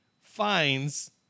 fines